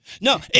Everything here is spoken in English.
No